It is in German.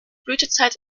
blütezeit